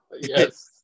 Yes